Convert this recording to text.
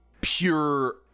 pure